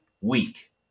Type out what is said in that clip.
week